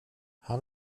han